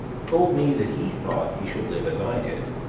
told me that he thought he should live as i did,